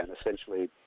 essentially